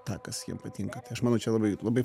tą kas jiem patinka tai aš manau čia labai labai